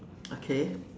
okay